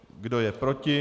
Kdo je proti?